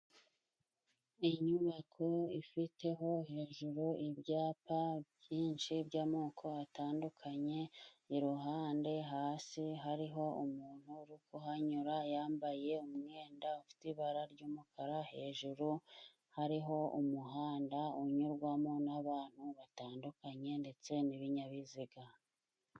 Inyubako ifiteho hejuru ibyapa byinshi by'amoko atandukanye, iruhande hasi hariho umuntu kuhanyura yambaye umwenda ufite ibara ry'umukara, hejuru hariho umuhanda unyurwamo n'abantu batandukanye ndetse n'ibinyabiziga.